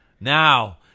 Now